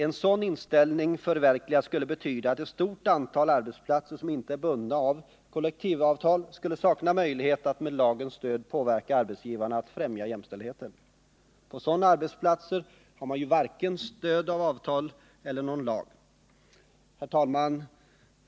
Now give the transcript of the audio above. En sådan inställning skulle förverkligad betyda att ett stort antal arbetsplatser som inte är bundna av kollektivavtal skulle sakna möjlighet att med lagens stöd påverka arbetsgivarna att främja jämställdheten. På sådana arbetsplatser har man ju då stöd varken av avtal eller av någon lag. Herr talman!